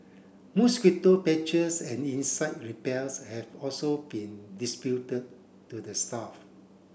mosquito patches and insect have also been to the staff